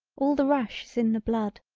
all the rush is in the blood.